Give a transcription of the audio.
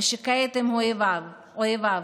ושכעת הם אויביו.